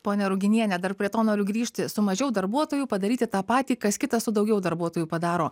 ponia ruginiene dar prie to noriu grįžti su mažiau darbuotojų padaryti tą patį kas kitas su daugiau darbuotojų padaro